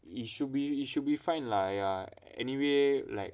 it should be it should be fine lah ya anyway like